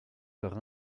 par